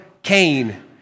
Cain